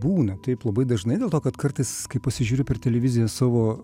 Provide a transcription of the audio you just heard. būna taip labai dažnai dėl to kad kartais kai pasižiūri per televiziją savo